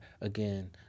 again